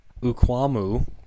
Ukwamu